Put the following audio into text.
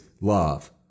love